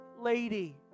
lady